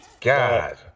God